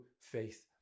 faith